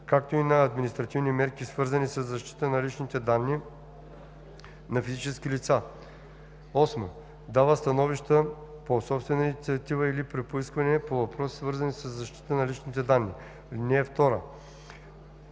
както и на административни мерки, свързани със защитата на личните данни на физическите лица; 8. дава становища по собствена инициатива или при поискване по въпроси, свързани със защитата на личните данни. (2) Освен